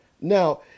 Now